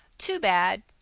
too bad!